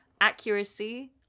accuracy